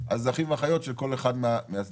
אז אחים ואחיות של כל אחד מהצדדים.